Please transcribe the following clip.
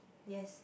yes